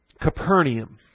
Capernaum